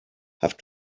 have